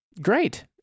Great